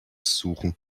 suchen